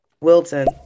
Wilton